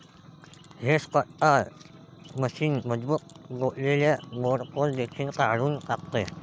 hedge cutter machine मजबूत गोठलेले मोडतोड देखील काढून टाकते